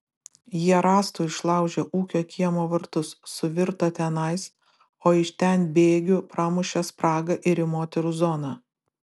jie rąstu išlaužė ūkio kiemo vartus suvirto tenai o iš ten bėgiu pramušė spragą ir į moterų zoną